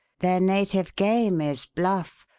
their native game is bluff,